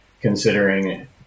Considering